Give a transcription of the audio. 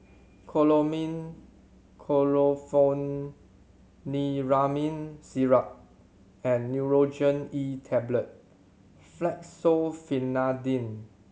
Chlormine Chlorpheniramine Syrup and Nurogen E Tablet Fexofenadine